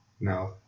No